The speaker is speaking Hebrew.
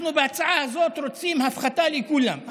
בהצעה הזאת אנחנו רוצים הפחתה לכולם,